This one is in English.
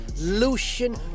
Lucian